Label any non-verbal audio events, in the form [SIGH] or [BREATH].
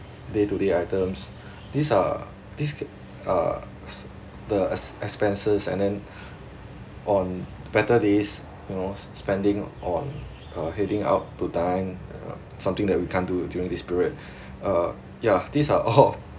day to day items [BREATH] these are these these are the the expenses and then [BREATH] on better days you know spending on uh heading out to dining uh something that we can't do during this period [BREATH] uh ya these are [LAUGHS] all